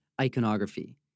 Iconography